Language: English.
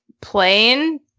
plain